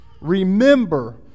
remember